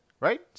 Right